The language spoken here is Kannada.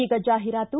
ಈಗ ಜಾಹೀರಾತು